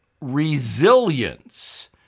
resilience